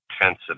intensity